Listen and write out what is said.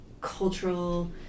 cultural